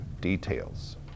details